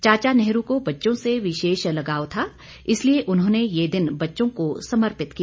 चाचा नेहरू को बच्चों से विशेष लगाव था इसलिये उन्होंने ये दिन बच्चों को समर्पित किया